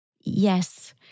Yes